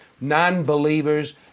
non-believers